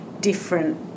different